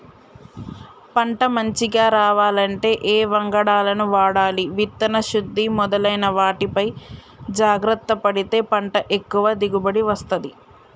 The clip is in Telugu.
పంట మంచిగ రావాలంటే ఏ వంగడాలను వాడాలి విత్తన శుద్ధి మొదలైన వాటిపై జాగ్రత్త పడితే పంట ఎక్కువ దిగుబడి వస్తది